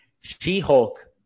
She-Hulk